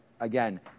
Again